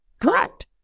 Correct